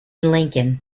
lincoln